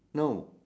no